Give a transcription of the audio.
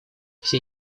все